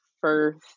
first